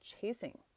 chasing